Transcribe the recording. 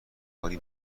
کاری